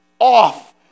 off